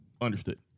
Understood